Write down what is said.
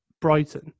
Brighton